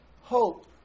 hope